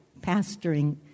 pastoring